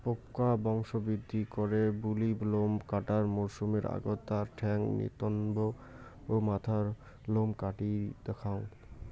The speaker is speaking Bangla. পোকা বংশবৃদ্ধি করে বুলি লোম কাটার মরসুমের আগত তার ঠ্যাঙ, নিতম্ব, মাথার লোম কাটি দ্যাওয়াং